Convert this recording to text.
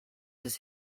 his